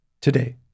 today